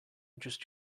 just